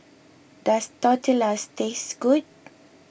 does Tortillas taste good